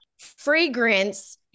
fragrance